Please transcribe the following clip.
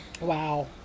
wow